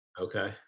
okay